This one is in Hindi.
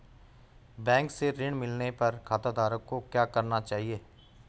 बैंक से ऋण मिलने पर खाताधारक को क्या करना चाहिए?